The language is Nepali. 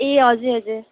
ए हजुर हजुर